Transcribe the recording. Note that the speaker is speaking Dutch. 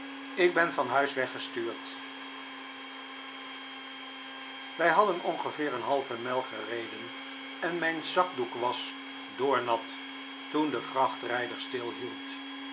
ik ben van huis weggestuurd wij hadden ongeveer een halve mijl gereden en mijn zakdoek was doornat toen de